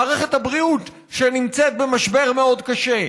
מערכת הבריאות, שנמצאת במשבר מאוד קשה.